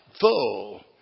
full